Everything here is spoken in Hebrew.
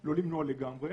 לא למנוע לגמרי,